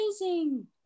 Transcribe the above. amazing